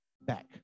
back